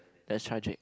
that's tragic